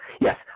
Yes